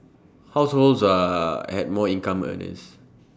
households are had more income earners